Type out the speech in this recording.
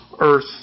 earth